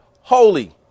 holy